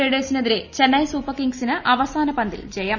റൈഡേഴ്സിനെതിരെ ചെന്നൈ സൂപ്പർകിംഗ്സിന് അവസാന പന്തിൽ ജയം